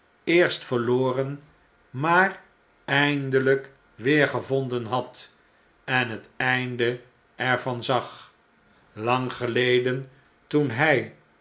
eerst verloren maar eindeljjk weergevonden had en het einde er van zag lang geleden toen hij